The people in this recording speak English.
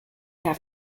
have